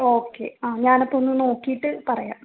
okay ആ ഞാനപ്പം ഒന്ന് നോക്കീട്ട് പറയാം